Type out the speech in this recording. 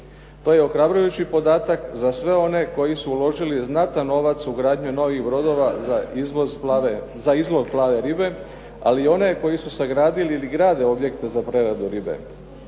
To je ohrabrujući podatak za sve one koji su uložili znatan novac u gradnju novih brodova za izlov plave ribe, ali one koji su sagradili ili grade objekte za preradu ribe.